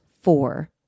four